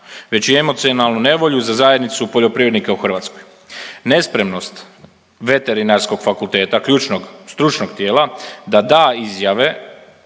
već i emocionalnu nevolju za zajednicu poljoprivrednika u Hrvatskoj. Nespremnost Veterinarskog fakulteta ključnog, stručnog tijela da da izjave